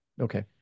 Okay